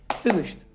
finished